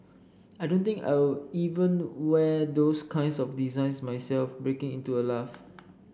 I don't think I'll even wear those kinds of designs myself breaking into a laugh